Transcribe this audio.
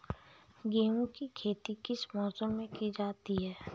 गेहूँ की खेती किस मौसम में की जाती है?